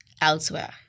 Elsewhere